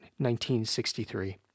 1963